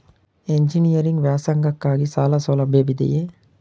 Engineering ವ್ಯಾಸಂಗಕ್ಕಾಗಿ ಸಾಲ ಸೌಲಭ್ಯವಿದೆಯೇ?